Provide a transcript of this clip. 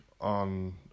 on